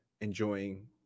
enjoying